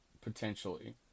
potentially